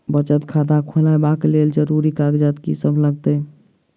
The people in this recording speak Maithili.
बचत खाता खोलाबै कऽ लेल जरूरी कागजात की सब लगतइ?